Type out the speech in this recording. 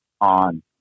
on